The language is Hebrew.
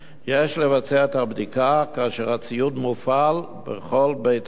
יש לבצע את הבדיקה כאשר הציוד מופעל בכל בית-הספר.